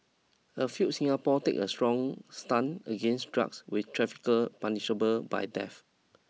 a few Singapore takes a strong stance against drugs with traffickers punishable by death